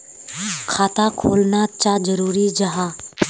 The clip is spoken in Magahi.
खाता खोलना चाँ जरुरी जाहा?